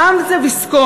פעם זה ויסקונסין,